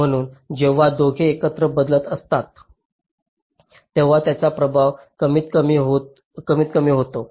म्हणून जेव्हा दोघे एकत्र बदलत असतात तेव्हा त्याचा प्रभाव कमीतकमी कमी होतो